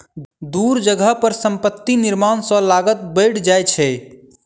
दूर जगह पर संपत्ति निर्माण सॅ लागत बैढ़ जाइ छै